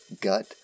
gut